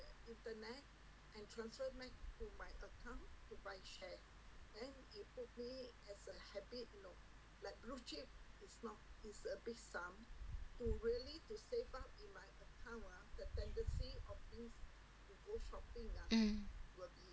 mm